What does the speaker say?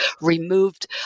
removed